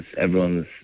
everyone's